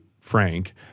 frank